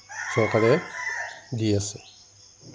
চৰকাৰে দি আছে